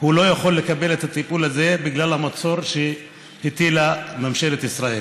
אך הוא לא יכול לקבל את הטיפול הזה בגלל המצור שהטילה ממשלת ישראל,